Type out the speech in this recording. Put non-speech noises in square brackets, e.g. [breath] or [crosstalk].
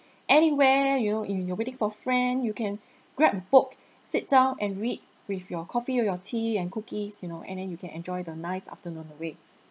[breath] anywhere you know if you're waiting for a friend you can [breath] grab book sit down and read with your coffee or your tea and cookies you know and then you can enjoy the nice afternoon away